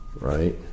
right